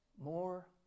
More